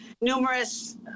numerous